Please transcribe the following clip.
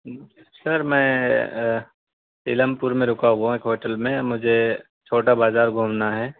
سر میں سیلم پور میں رکا ہوا ہوں ایک ہوٹل میں مجھے چھوٹا بازار گھومنا ہے